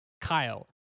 Kyle